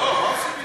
לא, מה עושים אתו?